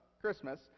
Christmas